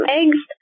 eggs